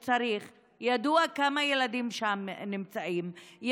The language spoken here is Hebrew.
ידוע כמה ילדים נמצאים שם,